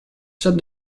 said